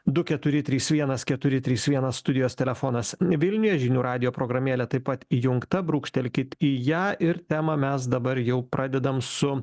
du keturi trys vienas keturi trys vienas studijos telefonas vilniuje žinių radijo programėlė taip pat įjungta brūkštelkit į ją ir temą mes dabar jau pradedam su